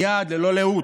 מייד, ללא לאות,